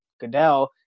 Goodell